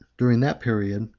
during that period,